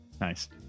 Nice